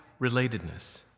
relatedness